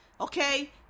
Okay